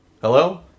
Hello